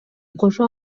кошо